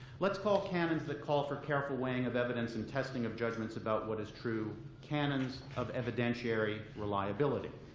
let's call canons that call for careful weighing of evidence and testing of judgments about what is true canons of evidentiary reliability.